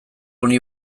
honi